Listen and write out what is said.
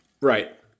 Right